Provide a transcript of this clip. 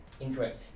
Incorrect